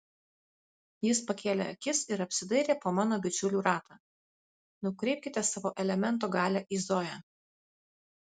jis pakėlė akis ir apsidairė po mano bičiulių ratą nukreipkite savo elemento galią į zoją